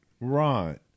right